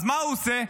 אז מה הוא עושה?